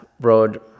road